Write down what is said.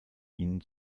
ihnen